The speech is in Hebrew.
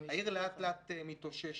העיר לאט לאט מתאוששת,